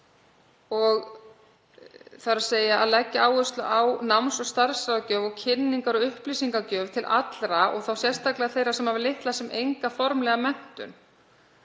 þ.e. að leggja áherslu á náms- og starfsráðgjöf og kynningar og upplýsingagjöf til allra, sérstaklega þeirra sem hafa litla sem enga formlega menntun.